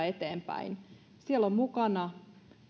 eteenpäin siellä on mukana